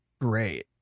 great